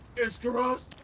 it's gross!